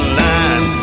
line